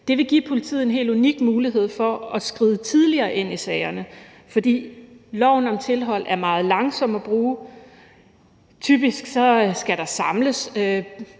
Det vil give politiet en helt unik mulighed for at skride tidligere ind i sagerne, for loven om tilhold er meget langsommelig at bruge – typisk skal der samles